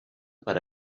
per